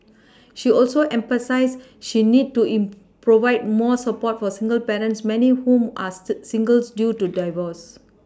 she also emphasised she need to in provide more support for single parents many of whom ask single due to divorce